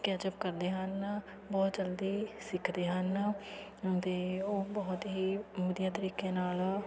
catch up ਕਰਦੇ ਹਨ ਬਹੁਤ ਜਲਦੀ ਸਿੱਖਦੇ ਹਨ ਅਤੇ ਉਹ ਬਹੁਤ ਹੀ ਵਧੀਆ ਤਰੀਕੇ ਨਾਲ